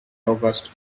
august